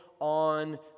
on